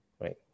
right